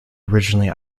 originally